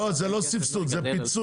לא, זה לא סבסוד, זה פיצוי.